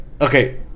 Okay